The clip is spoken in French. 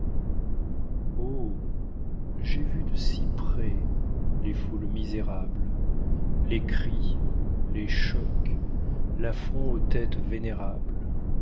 j'ai vu de si près les foules misérables les cris les chocs l'affront aux têtes vénérables